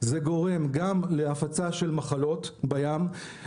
זה גורם גם להפצה של מחלות בים.